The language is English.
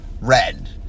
red